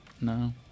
No